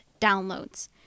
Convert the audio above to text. downloads